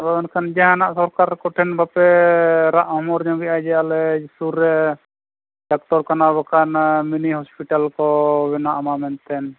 ᱟᱫᱚᱢ ᱮᱱᱠᱷᱟᱱ ᱥᱚᱨᱠᱟᱨ ᱠᱚᱴᱷᱮᱱ ᱵᱟᱯᱮ ᱨᱟᱜ ᱦᱚᱢᱚᱨ ᱧᱚᱜᱮ ᱟ ᱟᱞᱮ ᱥᱩᱨ ᱨᱮ ᱰᱟᱠᱛᱟᱨ ᱠᱷᱟᱱᱟ ᱵᱟᱝᱠᱷᱟᱱ ᱢᱤᱱᱤ ᱦᱚᱥᱯᱤᱴᱟᱞ ᱠᱚ ᱵᱮᱱᱟᱜ ᱢᱟ ᱢᱮᱱᱛᱮᱫ